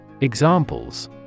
Examples